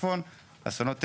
שיטפון ואסונות טבע,